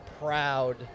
proud